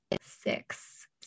six